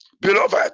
Beloved